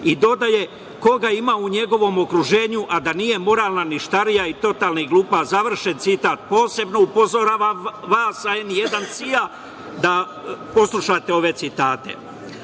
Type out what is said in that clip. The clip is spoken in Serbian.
i dodaje, koga ima u njegovom okruženju a da nije moralna ništarija i totalni glupak, završen citat. Posebno upozoravam vas sa N1-CIA, da poslušate ove citate,